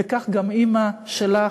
וכך גם אימא שלך,